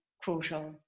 crucial